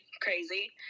crazy